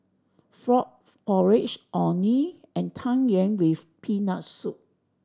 frog porridge Orh Nee and Tang Yuen with Peanut Soup